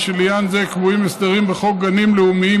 הרי שלעניין זה קבועים הסדרים בחוק גנים לאומיים,